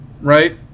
right